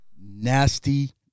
Nasty